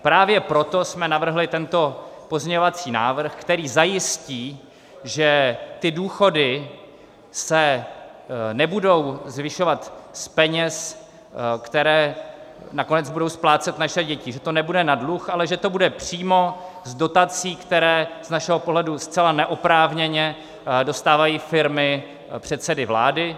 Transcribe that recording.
Právě proto jsme navrhli tento pozměňovací návrh, který zajistí, že ty důchody se nebudou zvyšovat z peněz, které nakonec budou splácet naše děti, že to nebude na dluh, ale že to bude přímo z dotací, které z našeho pohledu zcela neoprávněně dostávají firmy předsedy vlády.